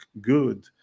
good